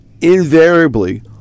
invariably